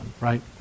right